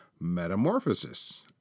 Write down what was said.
metamorphosis